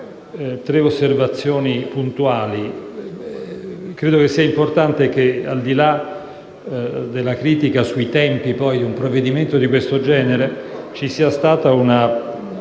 tre osservazioni puntuali. È importante che, al di là, della critica sui tempi di un provvedimento di questo genere, ci sia stata una